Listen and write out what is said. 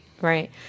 right